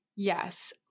yes